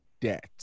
debt